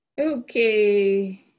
Okay